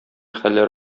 хәлләр